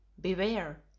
Beware